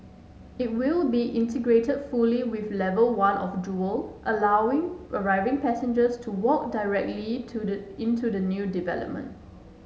it will be integrated fully with level one of Jewel allowing arriving passengers to walk directly into the into the new development